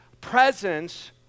presence